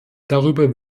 darüber